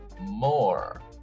more